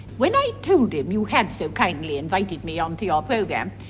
when i told him you had so kindly invited me onto your program,